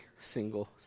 single